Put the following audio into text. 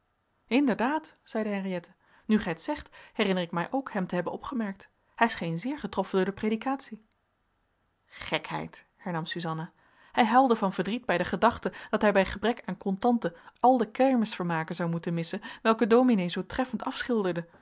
inderdaad zeide henriëtte nu gij t zegt herinner ik mij ook hem te hebben opgemerkt hij scheen zeer getroffen door de predikatie gekheid hernam suzanna hij huilde van verdriet bij de gedachte dat hij bij gebrek aan contanten al de kermisvermaken zou moeten missen welke dominee zoo treffend afschilderde